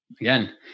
Again